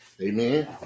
Amen